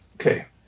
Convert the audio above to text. Okay